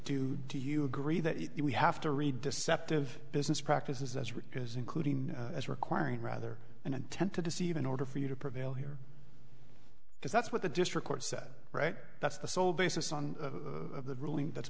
do do you agree that we have to read deceptive business practices as regards including as requiring rather an intent to deceive in order for you to prevail here because that's what the district court said right that's the sole basis on the ruling that's